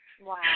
Wow